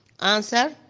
Answer